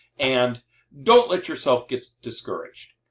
and don't let yourself get discouraged.